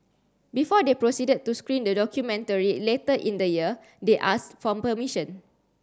before they proceeded to screen the documentary later in the year they asked for permission